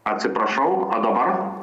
atsiprašau o dabar